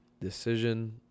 decision